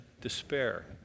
despair